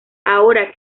ahora